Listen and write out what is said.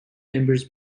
members